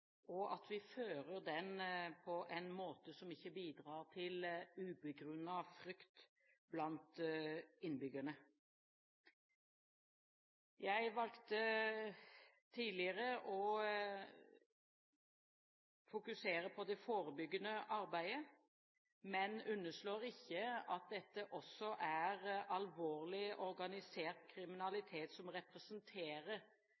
at vi fører den på en måte som ikke bidrar til ubegrunnet frykt blant innbyggerne. Jeg valgte tidligere å fokusere på det forebyggende arbeidet, men underslår ikke at dette er alvorlig organisert